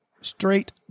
Straight